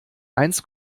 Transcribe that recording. eins